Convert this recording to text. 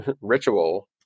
ritual